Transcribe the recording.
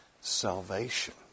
Salvation